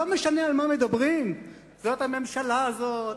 לא משנה על מה מדברים, זה הממשלה הזאת,